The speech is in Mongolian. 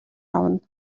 авна